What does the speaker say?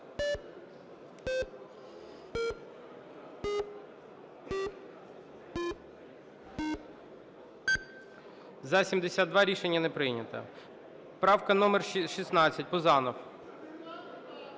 За-72 Рішення не прийнято. Правка номер 16, Пузанов.